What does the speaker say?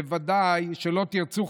בוודאי שלא תרצו,